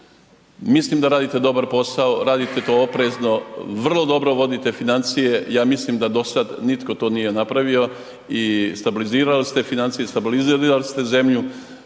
Mislim da radite dobar posao, radite to oprezno, vrlo dobro vodite financija i ja mislim da do sada nitko to nije napravio i stabilizirali ste financije, stabilizirali ste zemlju.